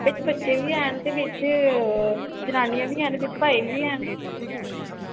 बिच्च बच्चे बी हैन बिच्च जनानियां बी हैन बिच भाई बी हैन